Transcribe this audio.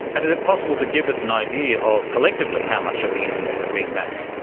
and is it possible to give us an idea of collectively how much of the internet has been mapped?